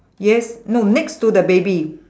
yes no next to the baby